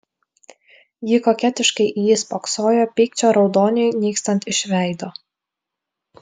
ji koketiškai į jį spoksojo pykčio raudoniui nykstant iš veido